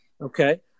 Okay